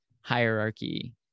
hierarchy